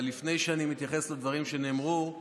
אבל לפני שאני מתייחס לדברים שנאמרו,